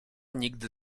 nigdy